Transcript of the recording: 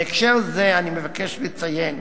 בהקשר זה אני מבקש לציין